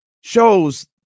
shows